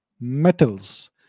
metals